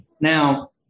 Now